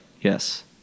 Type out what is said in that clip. yes